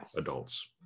adults